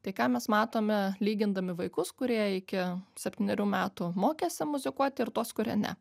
tai ką mes matome lygindami vaikus kurie iki septynerių metų mokėsi muzikuot ir tuos kurie ne